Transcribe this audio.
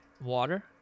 water